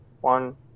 One